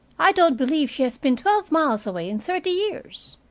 i don't believe she has been twelve miles away in thirty years.